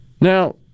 Now